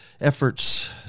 efforts